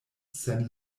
sen